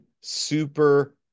Super